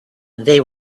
they